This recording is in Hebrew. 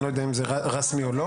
אני לא יודע אם זה רשמי או לא.